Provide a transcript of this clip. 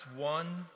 one